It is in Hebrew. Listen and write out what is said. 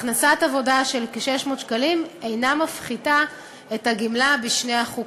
הכנסת עבודה של כ-600 שקל אינה מפחיתה את הגמלה בשני החוקים.